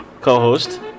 co-host